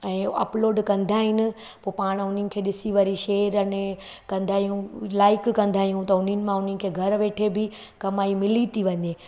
ऐं उपलोड कंदा आहिनि पोइ पाण उन्हनि खे ॾिसी वरी शेअर अने कंदा आहियूं लाइक कंदा आहियूं त उन्हनि मां उन्हनि खे घरु वेठे बि कमाई मिली थी वञे